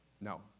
No